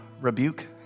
rebuke